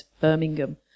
Birmingham